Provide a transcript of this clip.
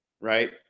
right